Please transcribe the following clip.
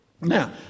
Now